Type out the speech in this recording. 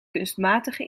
kunstmatige